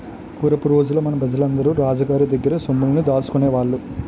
పూరపు రోజుల్లో మన పెజలందరూ రాజు గోరి దగ్గర్నే సొమ్ముల్ని దాసుకునేవాళ్ళు